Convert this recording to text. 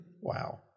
Wow